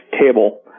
table